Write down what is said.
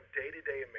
day-to-day